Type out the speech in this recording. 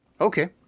Okay